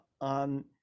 on